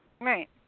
Right